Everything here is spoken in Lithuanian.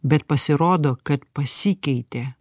bet pasirodo kad pasikeitė